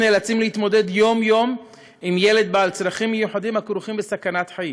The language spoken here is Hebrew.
שנאלצים להתמודד יום-יום עם ילד בעל צרכים מיוחדים הכרוכים בסכנת חיים.